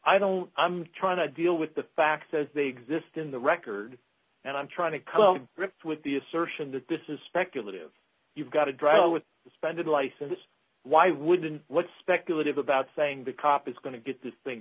i don't i'm trying to deal with the facts as they exist in the record and i'm trying to cope with the assertion that this is speculative you've got to drive with suspended license why wouldn't what speculative about saying the cop is going to get this thing